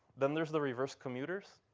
then there's the reverse commuters,